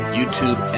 YouTube